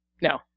No